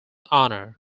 honor